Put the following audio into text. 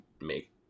make